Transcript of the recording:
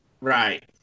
right